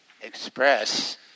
express